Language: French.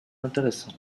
intéressant